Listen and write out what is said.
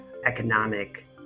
economic